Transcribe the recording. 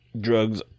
Drugs